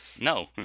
no